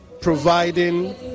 providing